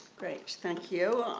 great, thank you.